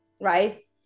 right